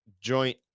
joint